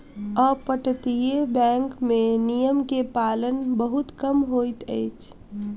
अपतटीय बैंक में नियम के पालन बहुत कम होइत अछि